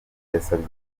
yasabye